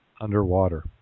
underwater